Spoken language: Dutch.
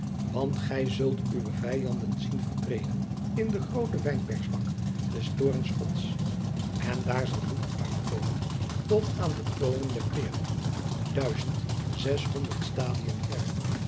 want gij zult uwe vijanden zien vertreden in den grooten wijnpersbak des toorns gods en daar zal bloed jacob van lennep de pleegzoon uitkomen tot aan de toomen der peerden duizend zeshonderd stadiën verre